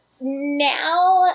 now